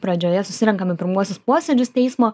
pradžioje susirenkam į pirmuosius posėdžius teismo